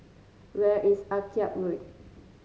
where is Akyab Road